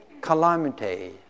calamity